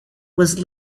was